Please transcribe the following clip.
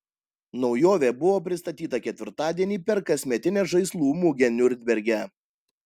naujovė buvo pristatyta ketvirtadienį per kasmetinę žaislų mugę niurnberge